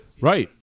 right